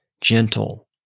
Gentle